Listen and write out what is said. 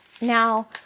Now